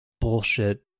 bullshit